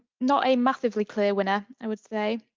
not a massively clear winner, i would say.